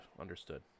understood